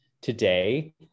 today